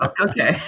okay